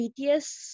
BTS